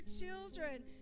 children